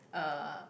uh